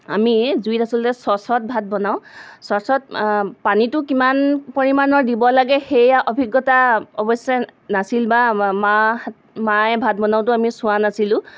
আমি জুইত আচলতে চচত ভাত বনাওঁ চচত পানীটো কিমান পৰিমাণৰ দিব লাগে সেইয়া অভিজ্ঞতা অৱশ্যে নাছিল বা মা মায়ে ভাত বনাওঁতেও আমি চোৱা নাছিলোঁ